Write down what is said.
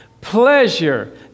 pleasure